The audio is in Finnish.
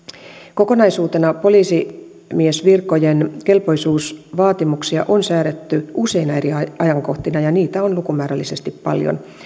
kokonaisuutena poliisimiesvirkojen kelpoisuusvaatimuksia on säädetty useina eri ajankohtina ja niitä on lukumäärällisesti paljon